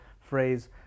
phrase